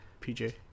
PJ